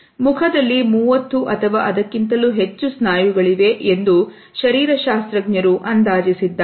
ಮುಖದಲ್ಲಿ 30 ಅಥವಾ ಅದಕ್ಕಿಂತಲೂ ಹೆಚ್ಚು ಸ್ನಾಯುಗಳಿವೆ ಎಂದು ಶರೀರ ಶಾಸ್ತ್ರಜ್ಞರು ಅಂದಾಜಿಸಿದ್ದಾರೆ